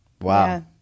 Wow